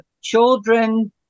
children